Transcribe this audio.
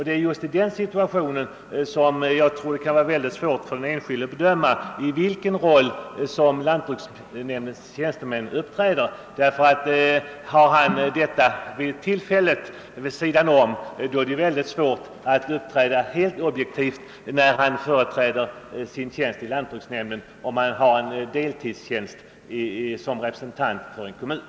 Det är just i en sådan situation det kan vara svårt för den enskilde att bedöma i vilken roll lantbruksnämndens tjänstemän uppträder. Det är mycket svårt för en tjänsteman att uppträda objektivt i sin tjänst i lantbruksnämnden, om han vid vissa till fälle uppträder som partrepresentant vid fastighetsköp.